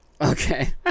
Okay